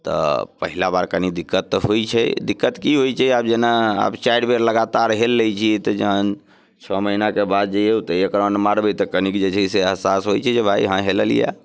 तऽ पहिला बार कनी दिक्कत तऽ होइत छै दिक्कत की होइत छै आब जेना आब चारि बेर लगातार हेल लैत छियै तऽ जहन छओ महिनाके बाद जइयौ एक राउंड मारबै तऽ कनिक जे छै से एहसास होइत छै जे भाय हँ हेललियैए